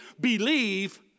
believe